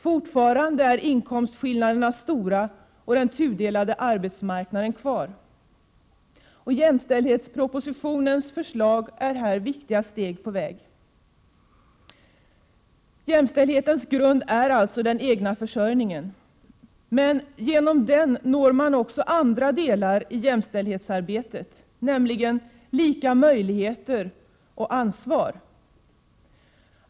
Fortfarande är inkomstskillnaderna stora och den tudelade arbetsmarknaden finns kvar. Jämställdhetspropositionens förslag är här viktiga steg på väg. Jämställdhetens grund är alltså den egna försörjningen. Genom den når man också andra delar i jämställdhetsarbetet, nämligen lika möjligheter och ansvar.